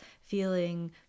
feeling